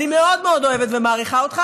אני מאוד מאוד אוהבת ומעריכה אותך,